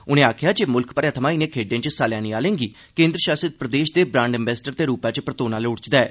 उनें आखेआ जे मुल्ख मरै थमां इनें खेड्ढें च हिस्सा लैने आह्लें गी केन्द्र शासित प्रदेश दे ब्रांड अम्बैस्डर दे रूपै च परतोना लोड़चदा ऐ